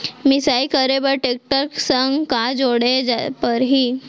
मिसाई करे बर टेकटर संग का जोड़े पड़ही?